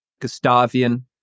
Gustavian